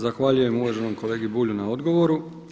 Zahvaljujem uvaženom kolegi Bulju na odgovoru.